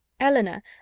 elinor